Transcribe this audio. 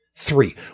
Three